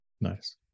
Nice